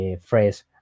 phrase